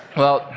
well,